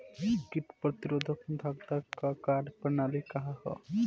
कीट प्रतिरोधकता क कार्य प्रणाली का ह?